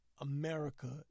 America